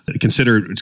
consider